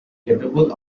capable